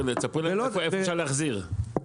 איפה אפשר להחזיר?